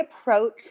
approach